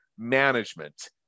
Management